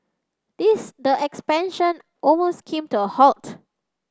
these expansion almost came to a halt